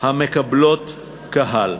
המקבלות קהל.